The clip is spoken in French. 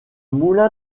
moulin